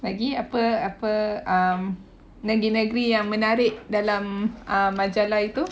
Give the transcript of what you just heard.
lagi apa apa um negeri-negeri yang menarik dalam majalah itu